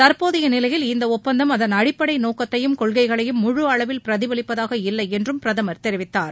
தற்போதைய நிலையில் இந்த ஒப்பந்தம் அதன் அடிப்படை நோக்கத்தையும் கொள்கைகளையும் முழு அளவில் பிரதிபலிப்பதாக இல்லை என்றும் பிரதமர் தெரிவித்தார்